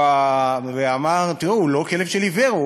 הוא אמר: תראו, הוא לא כלב של עיוור.